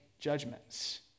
judgments